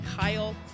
Kyle